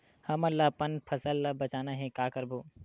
हमन ला अपन फसल ला बचाना हे का करबो?